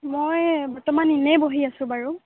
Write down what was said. মই বৰ্তমান এনেই বহি আছো বাৰু